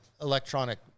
electronic